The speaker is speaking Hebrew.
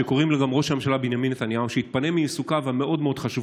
שקוראים לו גם ראש הממשלה בנימין נתניהו: שיתפנה מעיסוקיו האחרים